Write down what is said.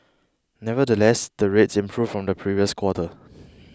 nevertheless the rates improved from the previous quarter